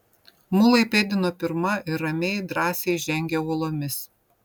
mulai pėdino pirma ir ramiai drąsiai žengė uolomis